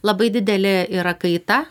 labai didelė yra kaita